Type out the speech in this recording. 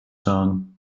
song